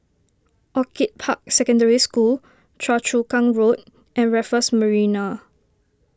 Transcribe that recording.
Orchid Park Secondary School Choa Chu Kang Road and Raffles Marina